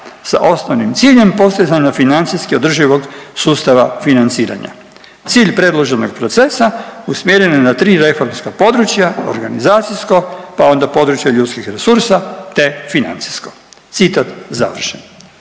sa osnovnim ciljem postizanja financijski održivog sustav financiranja. Cilj predloženog procesa usmjeren je na tri reformska područja organizacijsko, pa onda područje ljudskih resursa te financijsko.“ Citat završen.